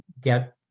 get